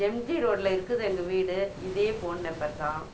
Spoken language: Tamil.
எம்ஜி ரோட்டில் இருக்குது எங்கள் வீடு இதே ஃபோன் நம்பர் தான்